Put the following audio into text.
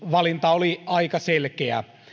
valinta oli aika selkeä